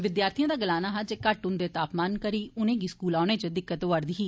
विद्यार्थियें दा गलाना हा जे घट्ट ह्न्दे तापमान करी उनेंगी स्कूल औने च दिक्कत होआ रदी ऐ